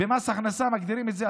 במס הכנסה מגדירים את זה,